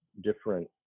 different